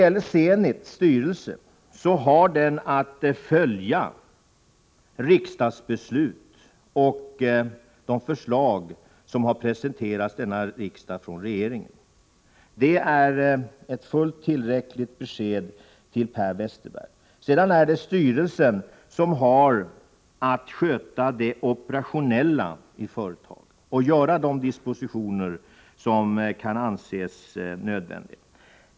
Zenits styrelse har att följa beslut som riksdagen fattat på förslag av regeringen. Det är ett fullt tillräckligt besked till Per Westerberg. Sedan är det styrelsen som har att sköta det operationella i företaget och vidta de dispositioner som kan anses nödvändiga.